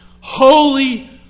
holy